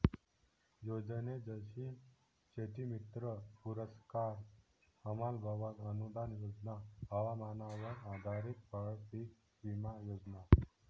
योजने जसे शेतीमित्र पुरस्कार, हमाल भवन अनूदान योजना, हवामानावर आधारित फळपीक विमा योजना